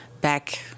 back